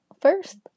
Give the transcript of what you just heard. first